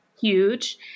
huge